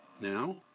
now